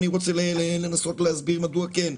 אבל אני רוצה לנסות להסביר מדוע כן,